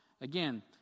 again